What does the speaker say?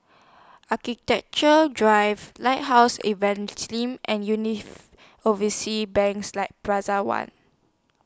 Architecture Drive Lighthouse Evangelism and Overseas Banks like Plaza one